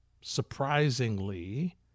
surprisingly